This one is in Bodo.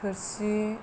थोरसि